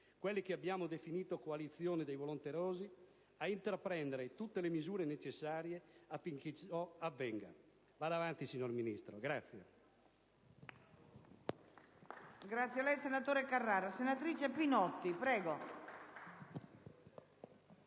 quelli che abbiamo definito coalizione dei volenterosi, a intraprendere tutte le misure necessarie affinché questo